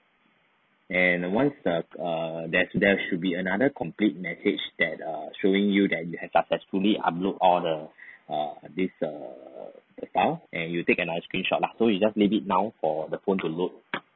and once err err there's there's should be another complete message that err showing you that you have successfully upload all the err this err the file and you take a screenshot lah so you just leave it now for the phone to load